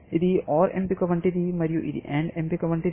ఇది OR ఎంపిక వంటిది మరియు ఇది AND ఎంపిక వంటిది